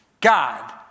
God